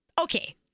okay